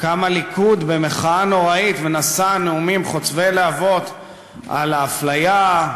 קם הליכוד במחאה נוראית ונשא נאומים חוצבי להבות על האפליה,